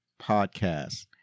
podcast